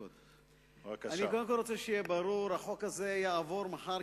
אני רוצה שיהיה ברור: החוק הזה יעבור מחר,